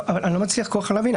אני לא מצליח כל כך להבין.